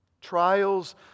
Trials